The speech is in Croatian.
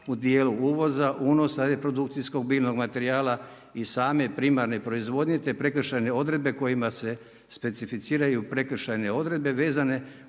u cijelu uvoza, unosa reprodukcijskog biljnog materijala i same primarne proizvodnje, te prekršajne odredbe kojima se specificiraju prekršajne odredbe vezane